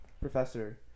Professor